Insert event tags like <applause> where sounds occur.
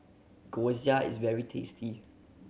<unintelligible> is very tasty